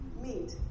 meet